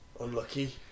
Unlucky